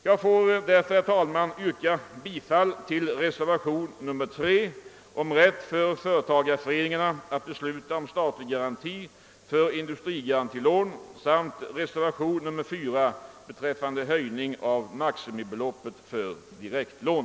Jag skall därför, herr talman, yrka bifall till reservationen 3 om rätt för företagareföreningarna att besluta om statlig garanti för industrigarantilån och reservationen 4 beträffande höjning av maximibeloppet för direktlån.